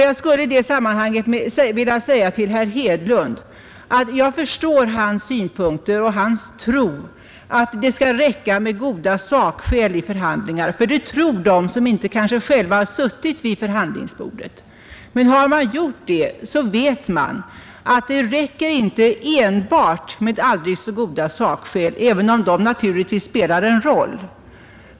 Jag förstår herr Hedlunds synpunkter och hans tro att det vid förhandlingar räcker med att ha goda sakskäl. Det tror nämligen de människor som inte själva har suttit vid ett förhandlingsbord. Men har man suttit med där, så vet man att det inte räcker med aldrig så goda sakskäl — även om de naturligtvis spelar en roll.